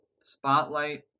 Spotlight